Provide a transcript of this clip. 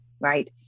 right